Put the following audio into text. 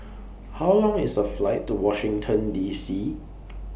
How Long IS The Flight to Washington D C